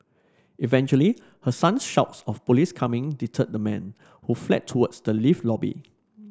eventually her son's shouts of police coming deterred the man who fled towards the lift lobby